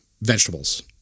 vegetables